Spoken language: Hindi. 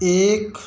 एक